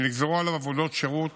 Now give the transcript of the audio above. שנגזרו עליו עבודות שירות